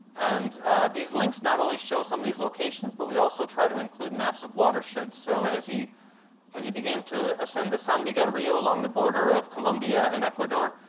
and these links not only show some of these locations, but we also try to include maps of watersheds. so as he as he became to ascend the san miguel rio along the border of colombia and ecuador,